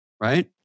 right